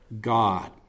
God